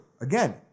Again